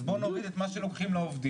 אז בואו נוריד את מה שלוקחים לעובדים,